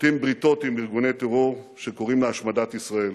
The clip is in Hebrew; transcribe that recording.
כורתים בריתות עם ארגוני טרור שקוראים להשמדת ישראל.